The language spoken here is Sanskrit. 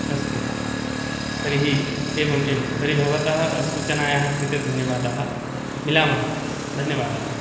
अस्तु तर्हि एवम् एवं तर्हि भवतः सूचनायाः कृते धन्यवादाः मिलामः धन्यवादाः